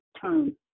turn